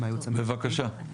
בבקשה.